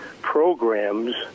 programs